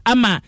Ama